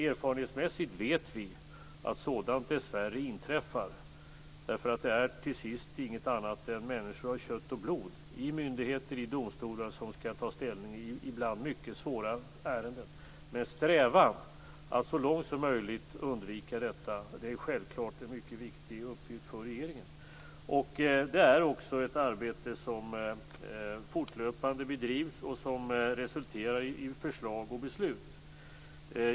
Erfarenhetsmässigt vet vi att sådant dessvärre inträffar, därför att det är till sist inget annat än människor av kött och blod i myndigheter och i domstolar som skall ta ställning i ibland mycket svåra ärenden. Men strävan att så långt som möjligt undvika detta är självklart en mycket viktig uppgift för regeringen. Det är också ett arbete som fortlöpande bedrivs och som resulterar i förslag och beslut.